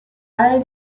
all